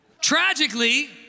Tragically